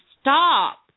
stop